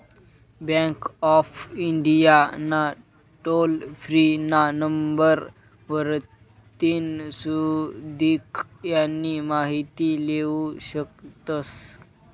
bank of India ना toll free ना number वरतीन सुदीक यानी माहिती लेवू शकतस